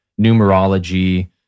numerology